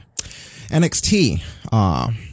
NXT